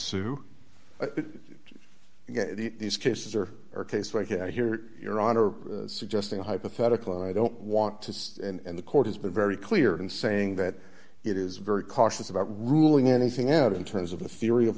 to these cases are or case like here your honor suggesting a hypothetical and i don't want to and the court has been very clear in saying that it is very cautious about ruling anything out in terms of the theory of